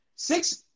Six